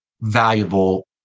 valuable